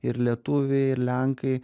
ir lietuviai ir lenkai